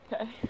Okay